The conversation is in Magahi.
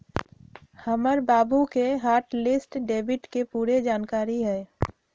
हमर बाबु के हॉट लिस्ट डेबिट के पूरे जनकारी हइ